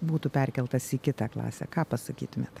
būtų perkeltas į kitą klasę ką pasakytumėt